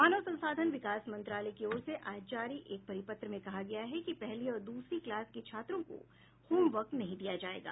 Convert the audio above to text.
मानव संसाधन विकास मंत्रालय की ओर से आज जारी एक परिपत्र में कहा गया है कि पहली और दूसरी क्लास के छात्रों को होम वर्क नहीं दिया जायेगा